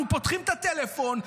אנחנו פותחים את הטלפון,